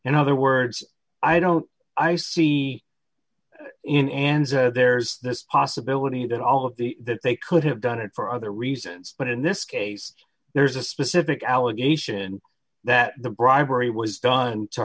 and other words i don't i see in and there's this possibility that all of the that they could have done it for other reasons but in this case there's a specific allegation that the bribery was done to